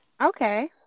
Okay